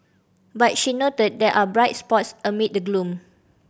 but she noted there are bright spots amid the gloom